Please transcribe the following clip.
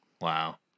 wow